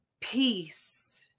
peace